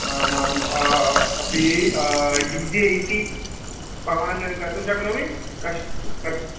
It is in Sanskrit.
आम् आम् अपी डिजे इति भवान् कर्तुम् शक्नोमि कश् कर्त्